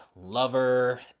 lover